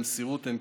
במסירות אין-קץ.